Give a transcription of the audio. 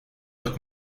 как